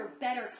better